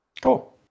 Cool